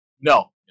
No